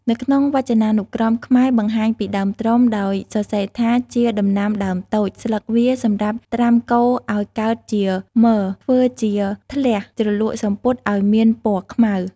នៅក្នុងវចនានុក្រមខ្មែរបង្ហាញពីដើមត្រុំ ដោយសរសេរថា ជាដំណាំដើមតូច ស្លឹកវាសម្រាប់ត្រាំកូរឱ្យកើតជាមរ ធ្វើជាធ្លះជ្រលក់សំពត់ឱ្យមានពណ៌ខ្មៅ។